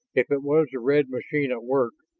if it was the red machine at work,